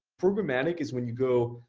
programmatic is when you go,